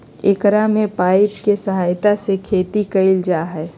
एकरा में पाइप के सहायता से खेती कइल जाहई